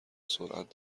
سرعت